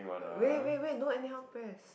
wait wait wait don't anyhow press